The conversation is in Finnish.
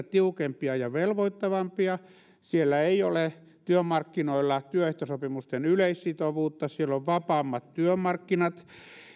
tiukempia ja velvoittavampia kuin meillä siellä ei ole työmarkkinoilla työehtosopimusten yleissitovuutta siellä on vapaammat työmarkkinat